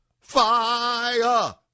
Fire